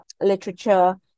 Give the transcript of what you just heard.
literature